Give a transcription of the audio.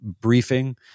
briefing